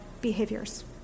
behaviors